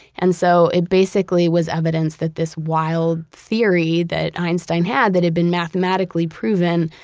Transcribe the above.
and so, it basically was evidence that this wild theory that einstein had that had been mathematically proven,